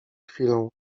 chwilą